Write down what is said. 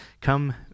Come